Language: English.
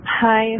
Hi